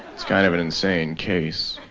it's kind of an insane case.